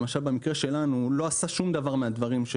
למשל במקרה שלנו לא עשה שום דבר מהדברים,